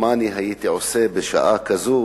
מה הייתי עושה בשעה כזאת,